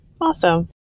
Awesome